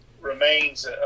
remains